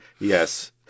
yes